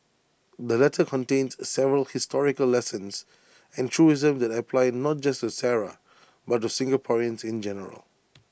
the letter contains several historical lessons and truisms that apply not just to Sara but to Singaporeans in general